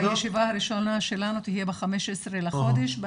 הישיבה הראשונה שלנו תהיה ב-15 לחודש,